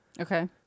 Okay